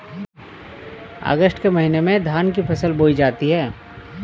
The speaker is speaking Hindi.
अगस्त के महीने में धान की फसल बोई जाती हैं